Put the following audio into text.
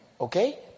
Okay